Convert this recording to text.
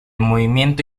movimiento